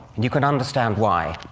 you can understand why.